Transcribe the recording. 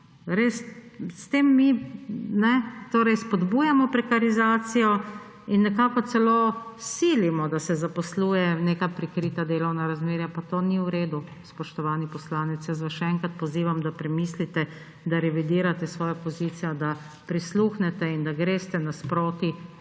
res, s tem mi torej spodbujamo prekarizacijo in nekako celo silimo, da se zaposlujejo v neka prikrita delovna razmerja. Pa to ni v redu. Spoštovani poslanec, jaz vas še enkrat pozivam, da premislite, da revidirate svojo pozicijo, da prisluhnete in da greste nasproti